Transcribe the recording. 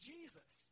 Jesus